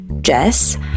Jess